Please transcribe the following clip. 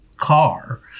Car